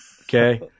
okay